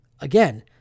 again